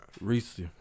Reese